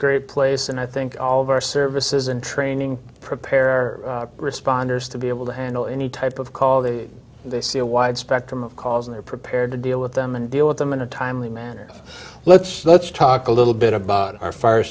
great place and i think all of our services in training prepare responders to be able to handle any type of call the they see a wide spectrum of cause and are prepared to deal with them and deal with them in a timely manner let's let's talk a little bit about our fire